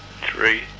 Three